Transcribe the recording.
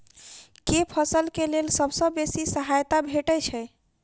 केँ फसल केँ लेल सबसँ बेसी सहायता भेटय छै?